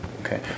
Okay